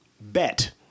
bet